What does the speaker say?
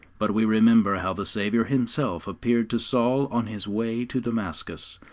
but we remember how the saviour himself appeared to saul on his way to damascus,